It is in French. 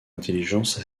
intelligence